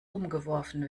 umgeworfen